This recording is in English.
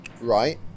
right